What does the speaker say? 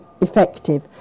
effective